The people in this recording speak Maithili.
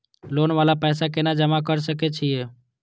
लोन वाला पैसा केना जमा कर सके छीये?